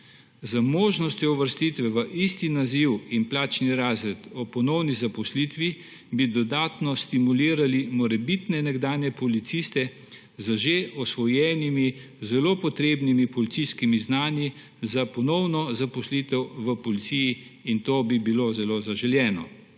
Z možnostjo uvrstitve v isti naziv in plačni razred ob ponovni zaposlitvi bi dodatno stimulirali morebitne nekdanje policiste z že usvojenimi zelo potrebnimi policijskimi znanji za ponovno zaposlitev v policiji, in to bi bilo zelo zaželeno.